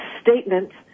statements